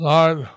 Lord